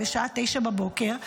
בשעה 09:00,